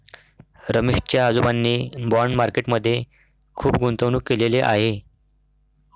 रमेश च्या आजोबांनी bond market मध्ये खुप गुंतवणूक केलेले आहे